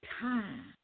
time